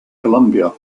columbia